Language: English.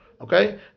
Okay